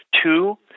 Two